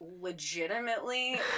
legitimately